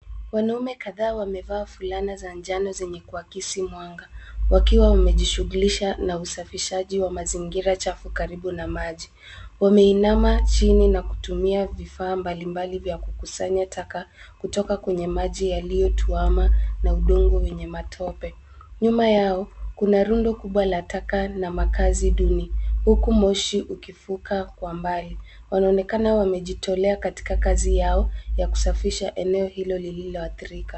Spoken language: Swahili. Wanaume kadhaa wamevaa fulana za njano zenye kuakisi mwanga, wakiwa wamejishughulisha na usafishaji wa mazingira chafu karibu na maji. Wameinama chini na kutumia vifaa mbalimbali vya kukusanya taka kutoka kwenye maji yaliyotuwama na udongo wenye matope. Nyuma yao, kuna rundo kubwa la taka na makazi duni huku moshi ukifuka kwa mbali. Wanaonekana wamejitolea katika kazi yao ya kusafisha eneo hilo lillioathirika.